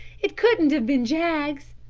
it couldn't have been jaggs.